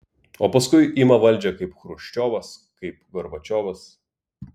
o paskui ima valdžią kaip chruščiovas kaip gorbačiovas